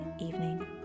evening